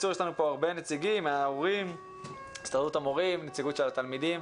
נציגות ההורים והתלמידים.